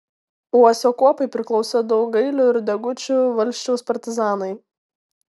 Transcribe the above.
uosio kuopai priklausė daugailių ir degučių valsčiaus partizanai